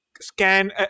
scan